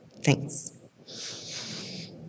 Thanks